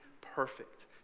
perfect